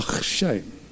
Shame